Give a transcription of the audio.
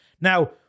Now